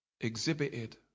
exhibited